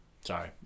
Sorry